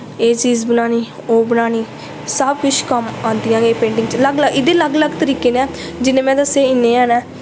एह् चीज़ बनानी ओह् बनानी सब किश कम्म आंदियां न एह् पेंटिंग च अलग अलग एह्दे अलग अलग तरीके न जिन्ने में दस्से इन्ने हैन न